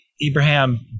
Abraham